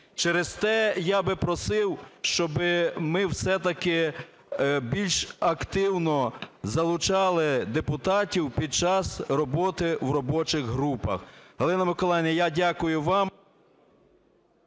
Через те я би просив, щоби ми все-таки більш активно залучали депутатів під час роботи в робочих групах. Галина Миколаївна, я дякую вам.